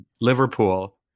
Liverpool